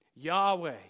Yahweh